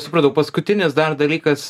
supratau paskutinis dar dalykas